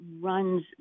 runs